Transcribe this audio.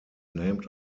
named